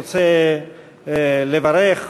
רוצה לברך,